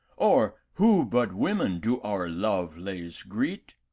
or who but women do our love lays greet?